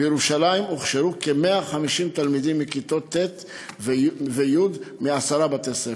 בירושלים הוכשרו כ-150 תלמידים מכיתות ט' וי' מעשרה בתי-ספר.